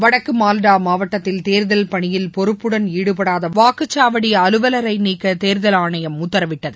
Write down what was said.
வடக்கு மால்டா மாவட்டத்தில் தேர்தல் பணியில் பொறப்புடன் ஈடுபடாத வாக்குச்சாவடி அலுவலரை நீக்க தேர்தல் ஆணையம் உத்தரவிட்டது